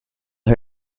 her